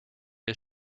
his